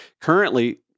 Currently